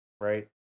Right